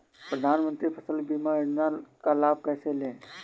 प्रधानमंत्री फसल बीमा योजना का लाभ कैसे लें?